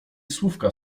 słówka